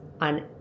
on